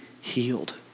healed